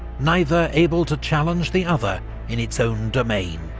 neither able to challenge the other in its own domain.